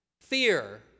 Fear